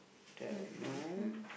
don't know